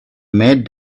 made